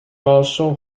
also